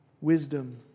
wisdom